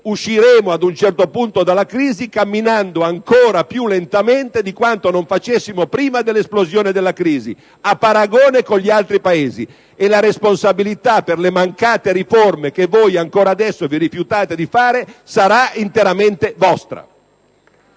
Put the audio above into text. sbagliate: ad un certo punto usciremo dalla crisi camminando ancora più lentamente di quanto non facessimo prima della sua esplosione, a paragone con gli altri Paesi, e la responsabilità per le mancate riforme che voi ancora adesso rifiutate di fare sarà interamente vostra.